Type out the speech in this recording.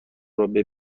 رابه